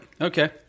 Okay